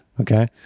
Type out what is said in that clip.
Okay